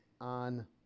on